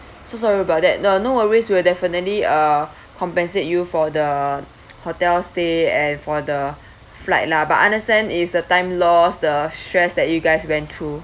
so sorry about that no worries will definitely ah compensate you for the hotel stay and for the flight lah but I understand is the time loss the stress that you guys went through